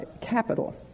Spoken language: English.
capital